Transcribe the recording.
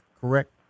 Correct